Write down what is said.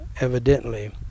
evidently